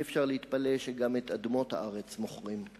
אי-אפשר להתפלא שגם את אדמות הארץ מוכרים.